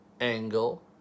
angle